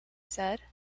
said